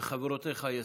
וחברותיך יסכימו.